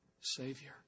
Savior